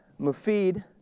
Mufid